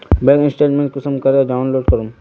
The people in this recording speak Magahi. बैंक स्टेटमेंट कुंसम करे डाउनलोड करूम?